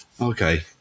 Okay